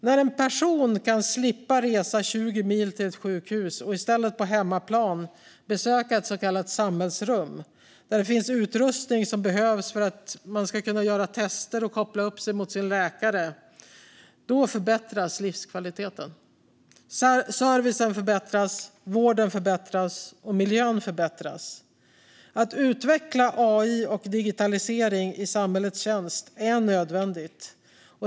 När en person kan slippa resa 20 mil till ett sjukhus och i stället på hemmaplan kan besöka ett så kallat samhällsrum - där det finns utrustning som behövs för att man ska kunna göra tester och koppla upp sig mot sin läkare - förbättras livskvaliteten. Servicen förbättras. Vården förbättras. Och miljön förbättras. Att utveckla AI och digitalisering i samhällets tjänst är nödvändigt.